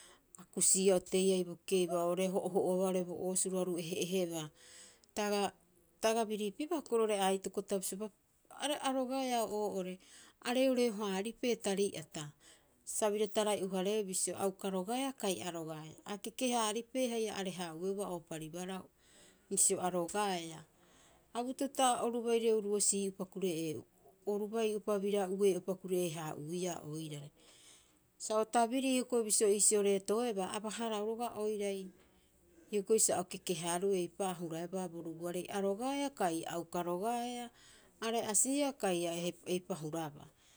A kusiia oteiai bo keibaa, oo'ore a ho'oho'oabaa oo'ore bo oosuru aru ehe'ehebaa. Ta aga, ta aga biriipibaa hioko'i roo'ore aitoko. Ta bisiobaa, a rogaea o oo'ore a reoreo- haaripee tari'ata, sa bira tarai'o- hareeu bisio a uka rogaea kai a rogaea. A keke- haaripee haia are- haa'ueuba ooparibaara bisio arogaea. Abu'u pita oru baire o uruu'osii'upa kure'ee'uiia. Oru bai'upa bira ue'e'upa kure'ee- haa'uia oirare. Sa o tabirii hioko'i bisio iisio reetoebaa, aba- harau roga'a oirai, hioko'i sa o keke- haaruu eipa'oo a huraebaa bo ruguarei. A rogaea kai a uka rogaea, a re'asiia kai a. eipa huraba.